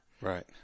Right